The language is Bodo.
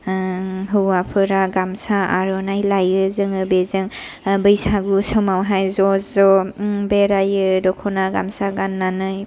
हौवाफोरा गामसा आर'नाय लायो जोंङो बेजों बैसागु समाव हाय ज'ज' बेराययो दख'ना गामसा गान्नानै